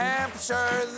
Hampshire